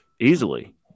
easily